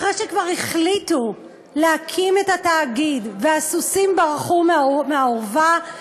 אחרי שכבר החליטו להקים את התאגיד והסוסים ברחו מהאורווה,